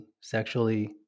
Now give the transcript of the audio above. sexually